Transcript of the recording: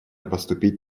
поступить